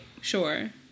Sure